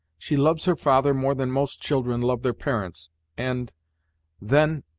she loves her father more than most children love their parents and then